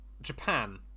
Japan